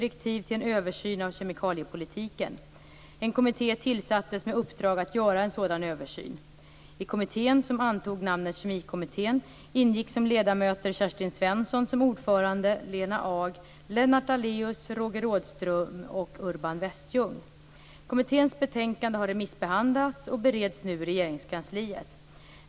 En kommitté tillsattes med uppdrag att göra en sådan översyn. I kommittén, som antog namnet Kemikommittén, ingick som ledamöter Kerstin Svensson som ordförande, Lena Ag, Lennart Daléus, Roger Kommitténs betänkande har remissbehandlats och bereds nu i Regeringskansliet.